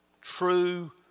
true